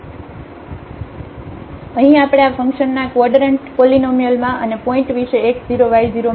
તેથી અહીં આપણે આ ફંકશનના ક્વાડરન્ટ પોલીનોમીઅલ માં અને આ પોઇન્ટ વિશે x 0 y 0 માં રુચિ કરીએ છીએ